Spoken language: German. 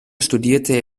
studierte